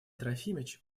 трофимович